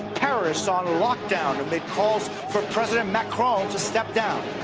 paris on lockdown amid calls for president macron to step down.